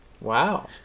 Wow